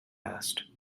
asked